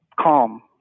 calm